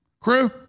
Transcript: Crew